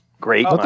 great